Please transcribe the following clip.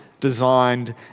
designed